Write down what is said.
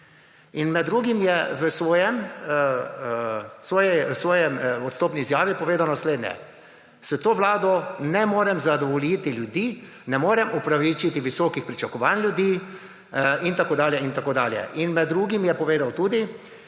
je med drugim v svoji odstopni izjavi povedal naslednje – s to vlado ne morem zadovoljiti ljudi, ne morem upravičiti visokih pričakovanj ljudi, in tako dalje in tako dalje. In med drugim je povedal tudi: